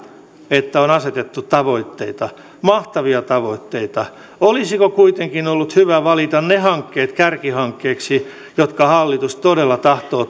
että on asetettu tavoitteita mahtavia tavoitteita olisiko kuitenkin ollut hyvä valita ne hankkeet kärkihankkeiksi jotka hallitus todella tahtoo